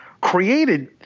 created